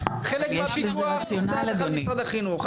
חלק מהפיקוח נמצא תחת משרד החינוך,